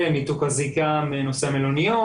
וניתוק הזיקה מנושא המלוניות,